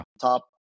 top